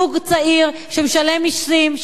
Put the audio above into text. זוג צעיר שמשלם מסים,